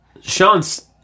Sean's